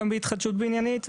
גם בהתחדשות עירונית,